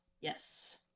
Yes